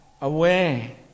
away